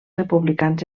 republicans